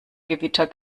gewitter